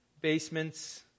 basements